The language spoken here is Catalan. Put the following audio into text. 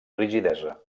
rigidesa